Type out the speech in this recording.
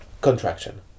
contraction